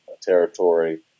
territory